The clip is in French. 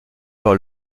par